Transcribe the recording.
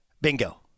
Bingo